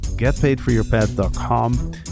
getpaidforyourpet.com